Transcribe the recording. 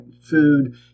food